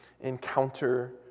encounter